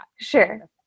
Sure